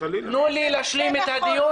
תנו לי להשלים את הדיון,